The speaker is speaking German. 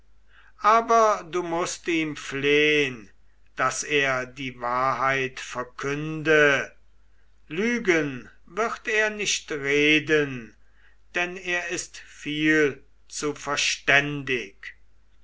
aber du mußt ihm flehn daß er die wahrheit verkünde lügen wird er nicht reden denn er ist viel zu verständig